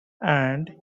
and